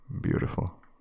beautiful